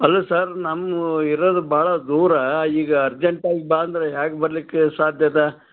ಅಲ್ಲ ಸರ್ ನಮ್ಮ ಇರೋದು ಭಾಳ ದೂರ ಈಗ ಅರ್ಜೆಂಟ್ ಆಗಿ ಬಾ ಅಂದರೆ ಹೇಗ್ ಬರಲಿಕ್ಕೆ ಸಾಧ್ಯದಾ